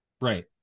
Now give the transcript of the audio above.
Right